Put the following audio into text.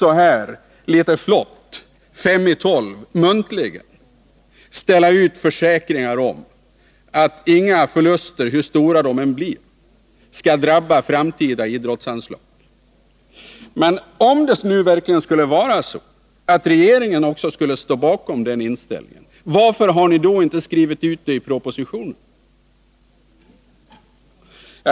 Han tycks litet flott klockan fem i tolv muntligen ställa försäkringar om att inga förluster — hur stora de än blir —skall drabba framtida idrottsanslag. Men om det nu verkligen skulle vara så, att regeringen står bakom den inställningen, varför har ni då inte skrivit det i propositionen?